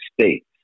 states